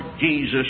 Jesus